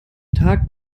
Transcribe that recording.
tag